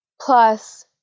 plus